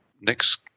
next